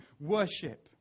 worship